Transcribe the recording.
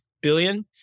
billion